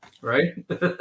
right